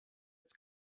its